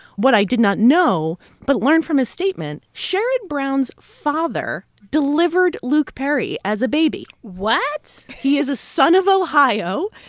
what i did not know but learned from his statement sherrod brown's father delivered luke perry as a baby what? he is a son of ohio.